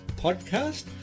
Podcast